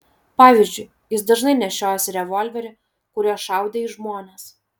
pavyzdžiui jis dažnai nešiojosi revolverį kuriuo šaudė į žmones